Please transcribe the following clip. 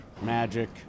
Magic